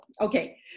Okay